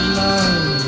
love